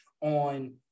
on